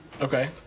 okay